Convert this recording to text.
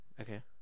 Okay